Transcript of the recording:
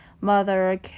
mother